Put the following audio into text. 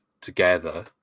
together